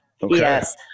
Yes